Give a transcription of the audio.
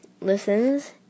listens